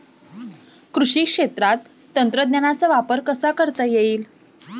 कृषी क्षेत्रात तंत्रज्ञानाचा वापर कसा करता येईल?